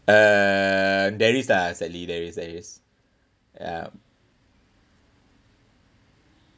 uh there is ah sadly there is there is yup